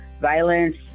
violence